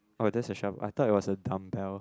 oh that's a shovel I thought it was a dumbbell